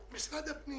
משרד הפנים